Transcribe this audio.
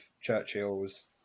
Churchills